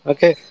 Okay